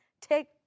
take